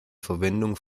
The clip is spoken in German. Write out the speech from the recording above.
verwendung